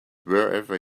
wherever